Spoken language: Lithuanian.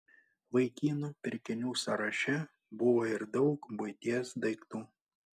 vaikinų pirkinių sąraše buvo ir daug buities daiktų